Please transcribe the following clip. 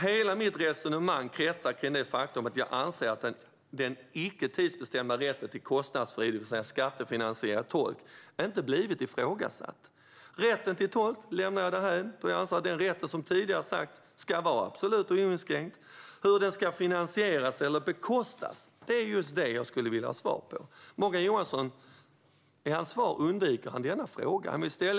Hela mitt resonemang kretsar kring det faktum att jag anser att den icke tidsbestämda rätten till kostnadsfri - det vill säga skattefinansierad - tolk inte har blivit ifrågasatt. Rätten till tolk lämnar jag därhän, då jag anser att den rätten som sagt ska vara absolut och oinskränkt. Hur den ska finansieras eller bekostas är just vad jag skulle vilja ha svar på. Morgan Johansson undviker denna fråga i sitt svar.